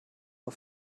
auf